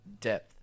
depth